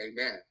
Amen